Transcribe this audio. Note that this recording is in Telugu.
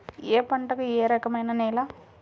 ఏ పంటకు ఏ రకమైన నేల?